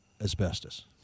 asbestos